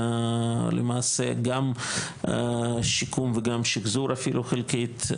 גם שיקום וגם שיחזור אפילו חלקית.